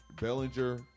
Bellinger